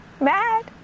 Mad